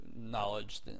knowledge